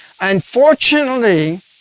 unfortunately